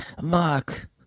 Mark